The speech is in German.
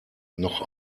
noch